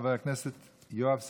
חבר הכנסת יואב סגלוביץ',